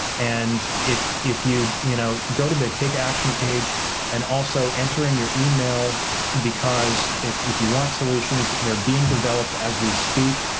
and if if you you know go to the take action page and also enter in your email because if if you want solutions, they're being developed as we speak.